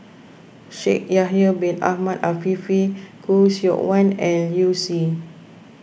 Shaikh Yahya Bin Ahmed Afifi Khoo Seok Wan and Liu Si